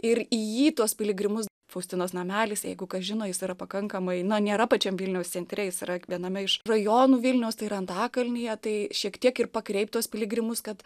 ir į jį tuos piligrimus faustinos namelis jeigu kas žino jis yra pakankamai na nėra pačiam vilniaus centre jis yra viename iš rajonų vilniaus tai yra antakalnyje tai šiek tiek ir pakreipt tuos piligrimus kad